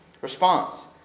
Response